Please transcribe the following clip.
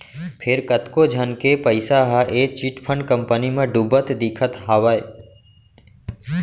फेर कतको झन के पइसा ह ए चिटफंड कंपनी म डुबत दिखत हावय